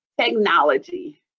technology